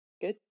good